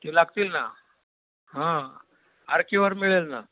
ती लागतील ना हां आर केवर मिळेल ना